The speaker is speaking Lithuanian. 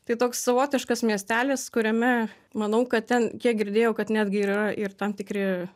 tai toks savotiškas miestelis kuriame manau kad ten kiek girdėjau kad netgi ir yra ir tam tikri